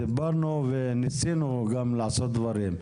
דיברנו וניסינו גם לעשות דברים.